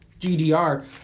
GDR